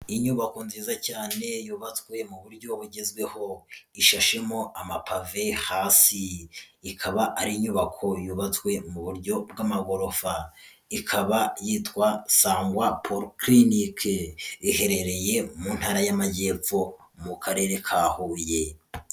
Inyubako nziza cyane yubatswe mu buryo bugezweho, ishashemo amapave hasi, ikaba ari inyubako yubatswe mu buryo bw'amagorofa, ikaba yitwa Sangwa Polyclinic, iherereye mu Ntara y'Amajyepfo mu Karere ka Huye.